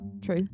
True